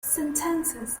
sentences